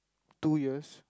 two years